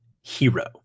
hero